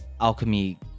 alchemy